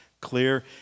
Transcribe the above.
clear